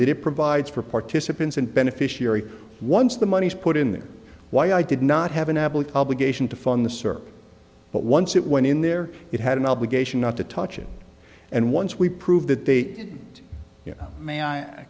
that it provides for participants in beneficiary once the money is put in there why i did not have an absolute obligation to fund the survey but once it went in there it had an obligation not to touch it and once we prove that they